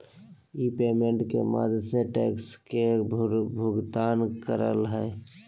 ई payment के माध्यम से टैक्स के भुगतान करल जा हय